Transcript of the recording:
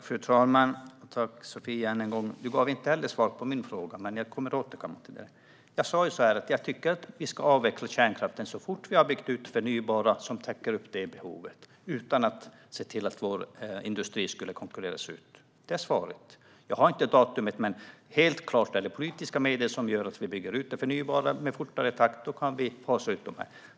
Fru talman! Tack, Sofia, än en gång! Hon svarade inte heller svar på min fråga, men jag återkommer till det. Jag sa att jag tycker att vi ska avveckla kärnkraften så fort vi har byggt ut det förnybara så att det täcker behovet, utan att vår industri skulle konkurreras ut. Det är svaret. Jag har inget datum, men helt klart är det politiska medel som gör att vi bygger ut det förnybara i snabbare takt, och då kan vi fasa ut det här.